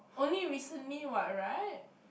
only recently what right